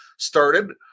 Started